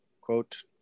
quote